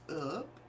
up